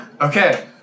Okay